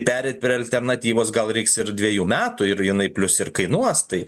pereiti prie alternatyvos gal reiks ir dvejų metų ir jinai plius ir kainuos tai